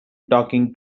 talking